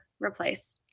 replace